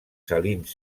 salins